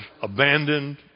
abandoned